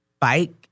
bike